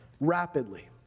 rapidly